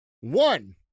One